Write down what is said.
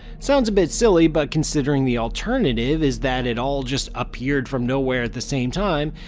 sounds a bit silly but considering the alternative is that it all just appeared from nowhere at the same time,